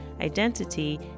identity